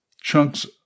chunks